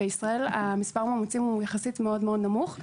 בישראל מספר המאומצים הוא יחסית מאוד מאוד נמוך,